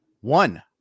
one